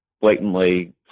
blatantly